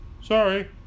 Sorry